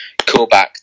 callback